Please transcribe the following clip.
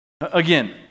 Again